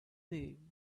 moon